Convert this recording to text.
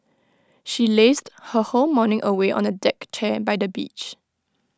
she lazed her whole morning away on A deck chair by the beach